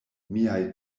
miaj